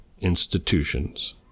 institutions